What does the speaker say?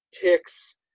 ticks